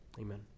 Amen